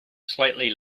slightly